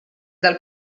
del